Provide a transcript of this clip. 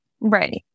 Right